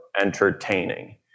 entertaining